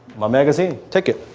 my magazine, take it.